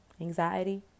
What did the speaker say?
Anxiety